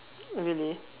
really